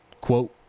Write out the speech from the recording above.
quote